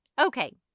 Okay